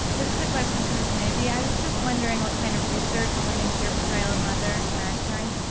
this is a question for miss mazzie. i was just wondering what kind of research went into your portrayal of mother in ragtime?